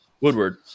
Woodward